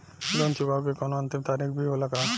Loan चुकवले के कौनो अंतिम तारीख भी होला का?